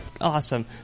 Awesome